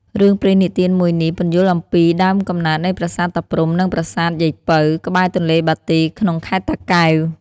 រឿងព្រេងនិទានមួយនេះ ពន្យល់អំពីដើមកំណើតនៃប្រាសាទតាព្រហ្ម និងប្រាសាទយាយពៅ ក្បែរទន្លេបាទី ក្នុងខេត្តតាកែវ។